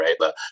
right